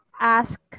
ask